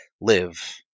live